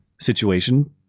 situation